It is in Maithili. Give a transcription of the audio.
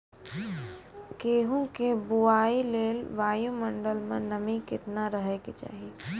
गेहूँ के बुआई लेल वायु मंडल मे नमी केतना रहे के चाहि?